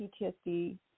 PTSD